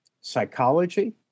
psychology